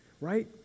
right